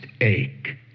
ache